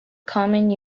common